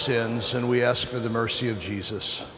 sins and we ask for the mercy of jesus